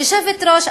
היושבת-ראש,